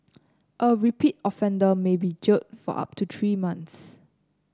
a repeat offender may be jailed for up to three months